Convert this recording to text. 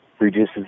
reduces